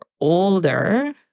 older